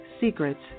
Secrets